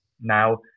Now